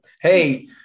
Hey